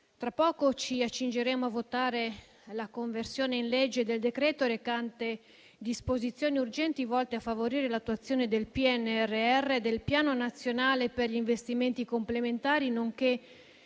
tra poco ci accingeremo a votare la conversione in legge del decreto-legge recante disposizioni urgenti volte a favorire l'attuazione del PNRR e del Piano nazionale per gli investimenti complementari, nonché